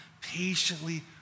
patiently